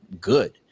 good